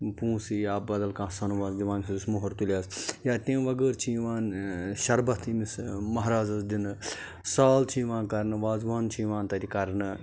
پونٛسہٕ یا بَدَل کانٛہہ سۄنہٕ وَس دِوان یُس مۄہَر تُلیٚس یا تمہِ وَغٲر چھِ یِوان شَربَتھ ییٚمِس مَہرازَس دِنہٕ سال چھُ یِوان کَرنہٕ وازوان چھُ یِوان تَتہِ کَرنہٕ